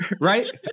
Right